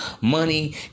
money